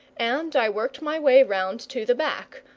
and i worked my way round to the back,